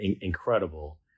incredible